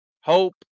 hope